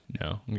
No